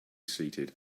seated